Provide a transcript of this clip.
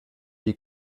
wie